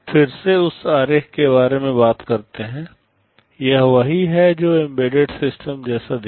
फिर से उस आरेख के बारे में बात करते हैं यह वही है जो एम्बेडेड सिस्टम जैसा दिखता है